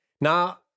Now